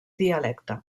dialecte